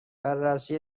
بررسی